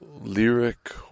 lyric